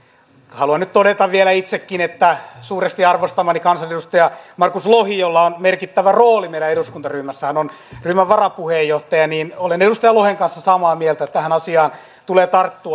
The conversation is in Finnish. haluan nyt todeta vielä itsekin että olen suuresti arvostamani kansanedustaja markus lohen jolla on merkittävä rooli meidän eduskuntaryhmässämme ryhmän varapuheenjohtajana kanssa samaa mieltä että tähän asiaan tulee tarttua